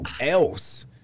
else